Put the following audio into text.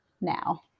now